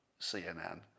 CNN